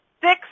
Six